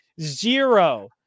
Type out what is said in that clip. zero